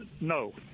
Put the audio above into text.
No